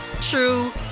true